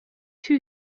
two